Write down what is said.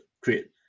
create